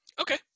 Okay